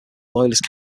loyalist